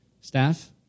staff